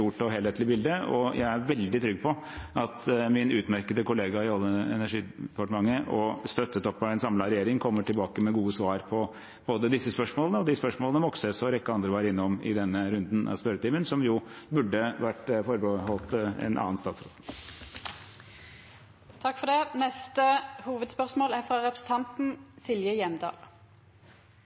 og helhetlig bilde. Jeg er veldig trygg på at min utmerkede kollega i Olje- og energidepartementet – støttet opp av en samlet regjering – kommer tilbake med gode svar på både disse spørsmålene og de spørsmålene Moxnes og en rekke andre var innom i denne runden av spørretimen, som jo burde vært forbeholdt en annen statsråd. Me går vidare til neste